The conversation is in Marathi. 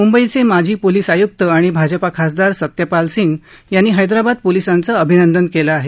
मुंबईचे माजी पोलीस आयुक्त आणि भाजपा खासदार सत्यपाल सिंग यांनी हैदराबाद पोलिसांचं अभिनंदन केलं आहे